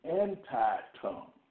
anti-tongue